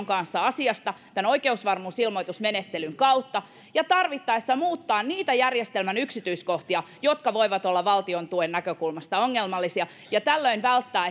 kanssa asiasta tämän oikeusvarmuusilmoitusmenettelyn kautta ja tarvittaessa muuttaa niitä järjestelmän yksityiskohtia jotka voivat olla valtion tuen näkökulmasta ongelmallisia ja tällöin välttää